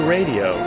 Radio